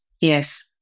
Yes